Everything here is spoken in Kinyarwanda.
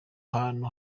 hantu